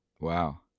Wow